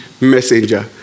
messenger